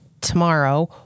tomorrow